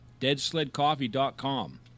DeadSledCoffee.com